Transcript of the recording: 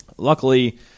Luckily